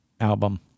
album